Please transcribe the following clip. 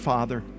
Father